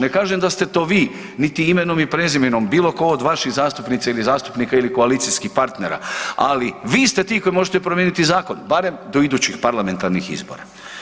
Ne kažem da ste to vi, niti imenom i prezimenom, bilo tko od vaših zastupnica ili zastupnika ili koalicijskih partnera, ali vi ste ti koji možete promijeniti zakon, barem do idućih parlamentarnih izbora.